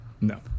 No